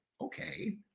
okay